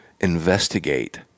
investigate